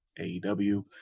AEW